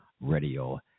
Radio